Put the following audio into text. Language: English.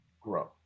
grow